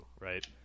right